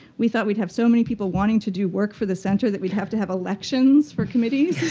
we thought we'd have so many people wanting to do work for the center that we'd have to have elections for committees.